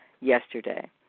yesterday